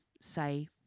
say